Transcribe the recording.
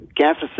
cancer